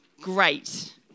Great